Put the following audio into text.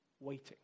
waiting